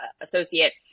associate